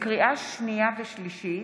לקריאה שנייה ולקריאה שלישית: